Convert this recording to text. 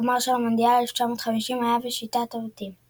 הגמר של מונדיאל 1950 היה בשיטת בתים.